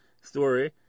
story